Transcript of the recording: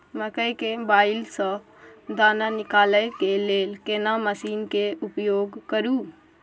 मकई के बाईल स दाना निकालय के लेल केना मसीन के उपयोग करू?